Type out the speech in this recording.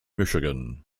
michigan